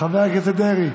חבר הכנסת דרעי,